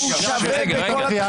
אנחנו עוברים לאלו שאינם חברי ועדה,